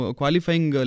qualifying